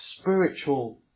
spiritual